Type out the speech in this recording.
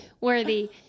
worthy